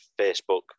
Facebook